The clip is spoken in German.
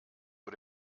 vor